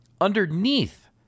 underneath